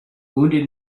wounded